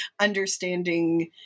understanding